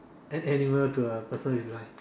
an animal to a person who is blind